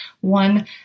one